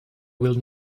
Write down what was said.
will